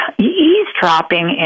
eavesdropping